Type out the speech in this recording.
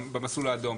המסלול האדום,